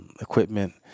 equipment